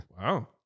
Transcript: Wow